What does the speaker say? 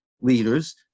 leaders